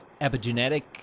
epigenetic